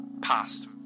past